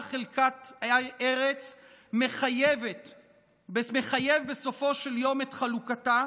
חלקת ארץ מחייב בסופו של יום את חלוקתה,